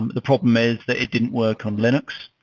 the problem is that it didn't work on linux.